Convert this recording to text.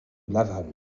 laval